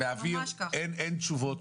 אין תשובות.